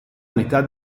metà